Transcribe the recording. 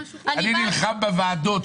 אני נלחם בוועדות,